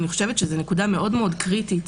אני חושבת שזאת נקודה מאוד מאוד קריטית.